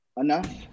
enough